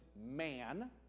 man